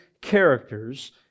characters